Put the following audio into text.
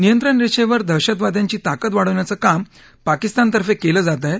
नियंत्रण रेषेवर दहशतवाद्यांची ताकद वाढवण्याचं काम पाकिस्तान तर्फे केलं जातंय